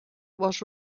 was